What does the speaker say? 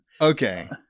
Okay